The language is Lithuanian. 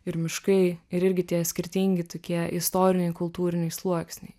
ir miškai ir irgi tie skirtingi tokie istoriniai kultūriniai sluoksniai